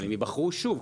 אבל הם ייבחרו שוב,